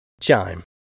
Chime